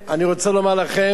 אני רוצה לומר לכם,